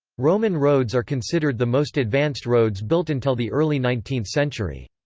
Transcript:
roman roads are considered the most advanced roads built until the early nineteenth century.